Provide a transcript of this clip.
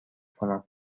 کنم